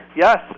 Yes